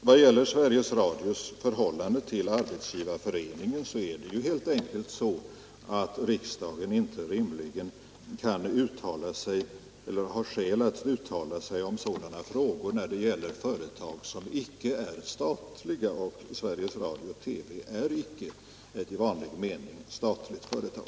Vad gäller Sveriges Radios förhållande till Arbetsgivareföreningen är det ju helt enkelt så att riksdagen inte rimligen har skäl att uttala sig i sådana frågor när det gäller företag som icke är statliga, och Sveriges Radio-TV är icke ett i vanlig mening statligt företag.